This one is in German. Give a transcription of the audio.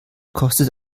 kostet